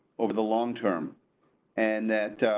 over the long term and that.